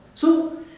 so